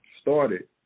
started